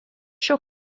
šio